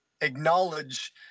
acknowledge